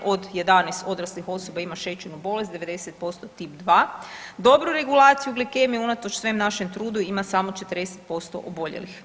1 od 11 odraslih osoba ima šećernu bolest 90% Tip 2. Dobru regulaciju glikemije unatoč svem našem trudu ima samo 40% oboljelih.